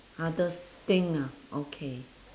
hardest thing ah okay